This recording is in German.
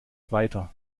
weiter